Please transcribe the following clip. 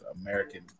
American